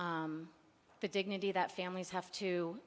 her the dignity that families have to